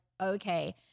okay